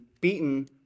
beaten